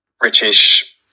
British